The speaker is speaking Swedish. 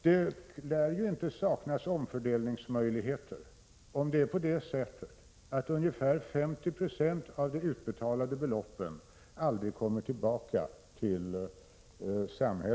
Det lär inte saknas omfördelningsmöjligheter, om det nu är på det sättet att ungefär 50 76 av de utbetalade beloppen aldrig kommer tillbaka till staten.